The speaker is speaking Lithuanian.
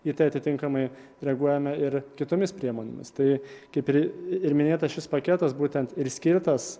į tai atitinkamai reaguojame ir kitomis priemonėmis tai kaip ir ir minėta šis paketas būtent ir skirtas